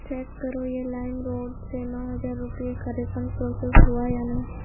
check کرو یہ LimeRoad سے نو ہزار روپے کا ریفنڈ پروسیس ہوا یا نہیں